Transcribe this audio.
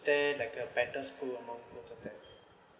there like a better school among both of them